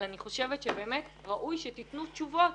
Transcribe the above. אבל אני חושבת שבאמת שראוי שתתנו תשובות